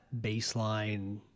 baseline